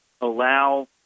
allow